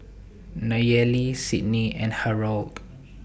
Nayeli Sidney and Harrold